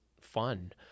fun